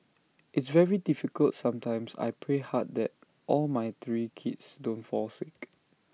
it's very difficult sometimes I pray hard that all my three kids don't fall sick